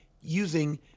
using